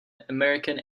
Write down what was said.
american